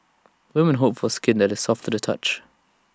women hope for skin that is soft to the touch